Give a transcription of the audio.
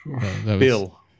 Bill